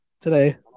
today